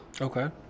Okay